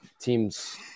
teams